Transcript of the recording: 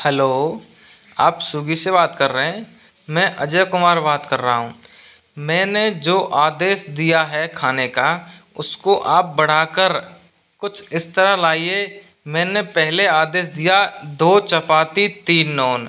hello आप सुगी से बात कर रहे हैं मैं अजय कुमार बात कर रहा हूँ मैंने जो आदेश दिया है खाने का उसको आप बढ़ा कर कुछ इस तरह लाइये मैंने पहले आदेश दिया दो चपाती तीन नान